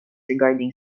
regarding